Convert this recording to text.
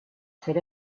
ser